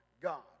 God